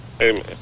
Amen